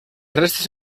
restes